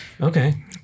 Okay